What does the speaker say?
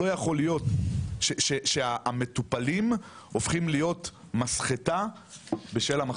לא יכול להיות שהמטופלים הופכים להיות מסחטה בשל המחסור.